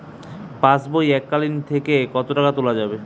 পাশবই এককালীন থেকে কত টাকা তোলা যাবে?